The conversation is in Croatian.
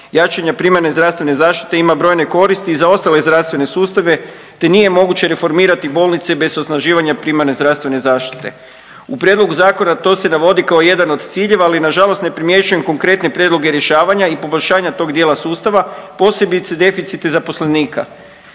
Jačanje primarne zdravstvene zaštite ima brojne koristi i za ostale zdravstvene sustave, te nije moguće reformirati bolnice bez osnaživanja primarne zdravstvene zaštite. U prijedlogu zakona to se navodi kao jedan od ciljeva, ali nažalost ne primjećujem konkretne prijedloge rješavanja i poboljšanja tog dijela sustava, posebice deficite zaposlenika.